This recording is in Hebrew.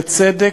בצדק,